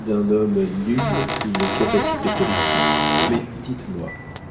d'un homme nul une capacité politique mais dites-moi